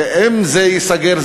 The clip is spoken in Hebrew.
ואם זה ייסגר,